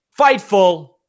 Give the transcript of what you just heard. Fightful